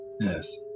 Yes